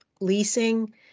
leasing